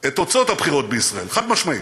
את תוצאות הבחירות בישראל, חד-משמעית.